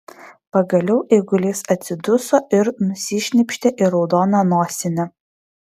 pagaliau eigulys atsiduso ir nusišnypštė į raudoną nosinę